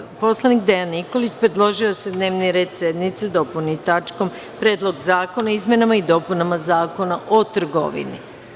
Narodni poslanik Dejan Nikolić predložio je da se dnevni red sednice dopuni tačkom - Predlog zakona o izmenama i dopunama Zakona o trgovini.